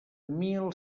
mil